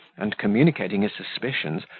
and, communicating his suspicions,